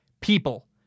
people